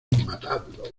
matadlo